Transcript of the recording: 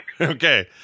Okay